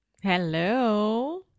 Hello